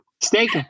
Steak